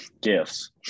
gifts